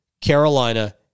Carolina